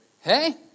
Hey